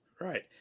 right